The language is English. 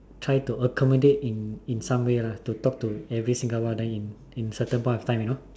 try to accommodate in in some way lah to to talk to everyone single one in in some point of time you know